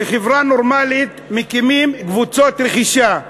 בחברה נורמלית מקימים קבוצות רכישה,